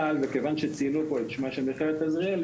אבל מכיוון שציינו פה את שמה של מכללת עזריאלי,